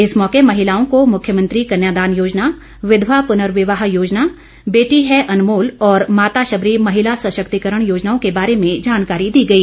इस मौके महिलाओं को मुख्यमंत्री कन्यादान योजना विधवा पुर्नविवाह योजना बेटी है अनमोल और माता शबरी महिला शक्तिकरण योजनाओं के बारे में जानकारी दी गई